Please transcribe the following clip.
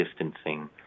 distancing